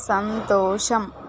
సంతోషం